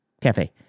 cafe